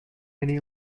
annie